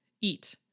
eat